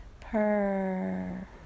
purr